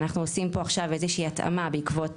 ואנחנו עושים פה עכשיו איזושהי התאמה בעקבות